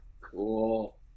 Cool